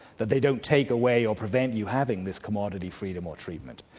that they don't take away or prevent you having this commodity, freedom or treatment.